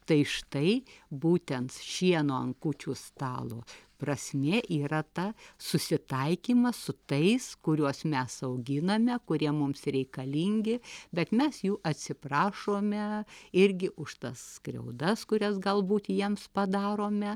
tai štai būtent šieno ant kūčių stalo prasmė yra ta susitaikymas su tais kuriuos mes auginame kurie mums reikalingi bet mes jų atsiprašome irgi už tas skriaudas kurias galbūt jiems padarome